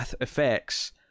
effects